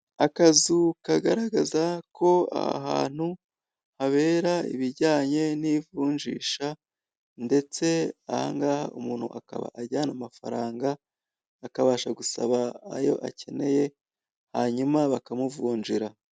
Akazu kagaragaza ko aha hantu habera ibijyanye n'ivunjisha ndetse aha ngaha umuntu akaba ajyana amafaranga akabasha gusaba ayo akeneye hanyuma bakamuvunjira.